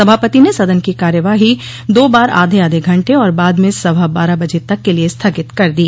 सभापति ने सदन की कार्यवाही दो बार आधे आधे घंटे और बाद में सवा बारह बजे तक के लिए स्थगित कर दी